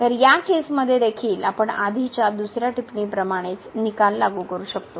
तर या केसमध्ये देखील आपण आधीच्या दुसर्या टिपणी प्रमाणेच निकाल लागू करू शकतो